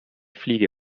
fliege